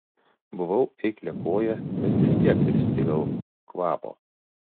buvau eikliakojė bet vis tiek pristigau kvapo